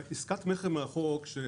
עסקת המכר מרחוק היה